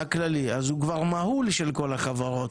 אז הוא כבר מהול, של כל החברות.